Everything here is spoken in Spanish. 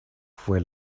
fue